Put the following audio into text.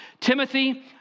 Timothy